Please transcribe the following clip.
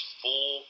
four